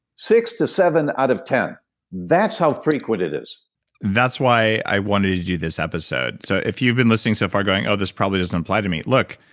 six to seven out of ten point that's how frequent it is that's why i wanted you to do this episode. so if you've been listening so far going oh, this probably doesn't apply to me. look,